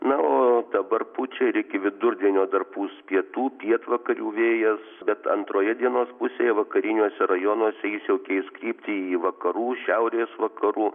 na o dabar pučia iki vidurdienio dar pūs pietų pietvakarių vėjas bet antroje dienos pusėje vakariniuose rajonuose jis jau keis kryptį į vakarų šiaurės vakarų